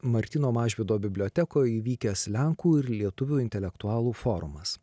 martyno mažvydo bibliotekoj įvykęs lenkų ir lietuvių intelektualų forumas